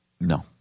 No